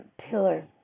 pillar